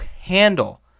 handle